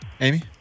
Amy